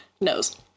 knows